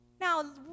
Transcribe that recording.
Now